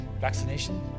vaccination